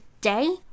day